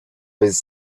was